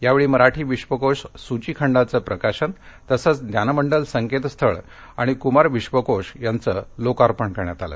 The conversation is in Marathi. या वेळी मराठी विश्वकोश सूची खंडाचं प्रकाशन तसंच ज्ञानमंडल संकेतस्थळ आणि कुमार विश्वकोश यांचं लोकार्पण करण्यात आलं